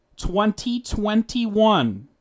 2021